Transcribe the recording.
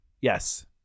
Yes